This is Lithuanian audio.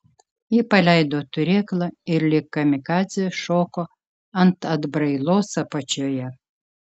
ji paleido turėklą ir lyg kamikadzė šoko ant atbrailos apačioje